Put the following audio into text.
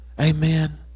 amen